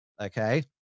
okay